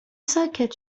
ساکت